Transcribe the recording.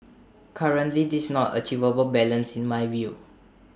currently this not achievable balance in my view